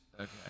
Okay